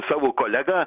savo kolegą